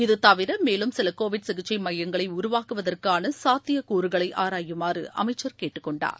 இதழவிர மேலும் சில கோவிட் சிகிச்சை மையங்களை உருவாக்குவதற்கான சாத்தியக் கூறுகளை ஆராயுமாறு அமைச்சர் கேட்டுக் கொண்டார்